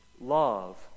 Love